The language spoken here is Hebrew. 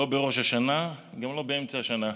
לא בראש השנה וגם לא באמצע השנה,